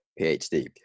PhD